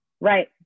right